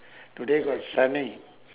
today quite sunny